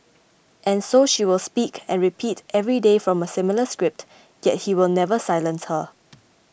and so she will speak and repeat every day from a similar script yet he will never silence her